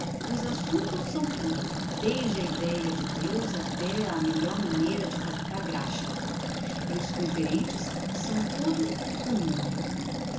os assumptos são tudo desde a ideia de deus até á melhor maneira de fabricar graxa e os conferentes são todo o mundo desde